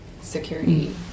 security